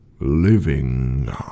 Living